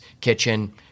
kitchen